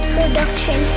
Production